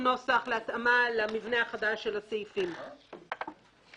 עניינו ביטול החובה לשלם לנציג המפעיל על אתר.